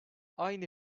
aynı